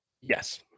Yes